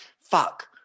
fuck